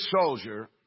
soldier